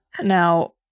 Now